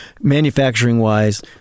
manufacturing-wise